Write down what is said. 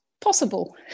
possible